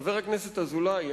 חבר הכנסת אזולאי.